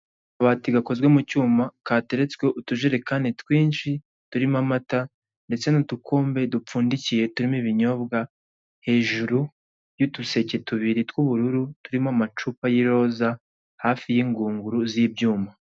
Akabati gakozwe mu cyuma, kateretswe ho urujerekani twinshi turimo amata, ndetse n'utukombe dupfundikiye turimo ibinyobwa, hejuru y'utuseke tubiri tw'ubururu turimo amacupa y'iroza hafi y'ingunguru z'ibyuma.